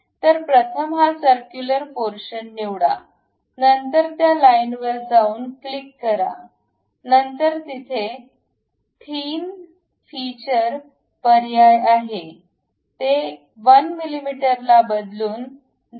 तर प्रथम हा सर्क्युलर पोर्शन निवडा नंतर या लाईन वर जाऊन क्लिक करा नंतर तिथे र्थीन फीचर पर्याय आहे हे 1 मिमी ला बदलून 0